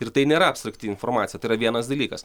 ir tai nėra abstrakti informacija tai yra vienas dalykas